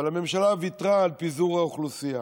אבל הממשלה ויתרה על פיזור האוכלוסייה.